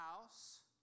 house